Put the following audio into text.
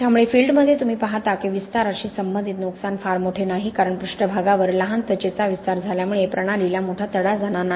त्यामुळे फील्डमध्ये तुम्ही पाहता की विस्ताराशी संबंधित नुकसान फार मोठे नाही कारण पृष्ठभागावर लहान त्वचेचा विस्तार झाल्यामुळे प्रणालीला मोठा तडा जाणार नाही